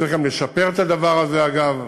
וצריך גם לשפר את הדבר הזה, אגב.